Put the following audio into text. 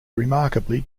remarkably